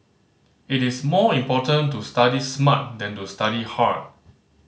it is more important to study smart than to study hard